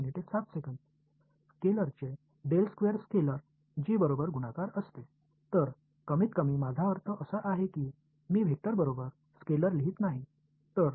மாணவர் இன் ஸ்கேலார் என்பது g ஆல் பெருக்கப்பட்ட ஸ்கேலார் எனவே குறைந்தபட்சம் நான் பரிமாணமாகக் குறிக்கிறேன் நான் வெக்டருக்கு சமமான ஸ்கேலாரை எழுதவில்லை